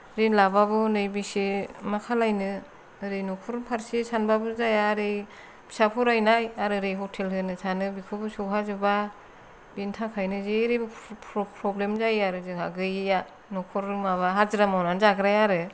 रिन लाबाबो हनै बेसे मा खालायनो ओरै न'खर फारसे सानबाबो जाया ओरै फिसा फरायनाय आरो ओरै हटेल होनो सानो बेखौबो सहाजोबा बेनि थाखायनो जेरैबो प्रब्लेम जायो आरो जोंहा गैयिया न'खर माबा हाजिरा मावनानै जाग्राया आरो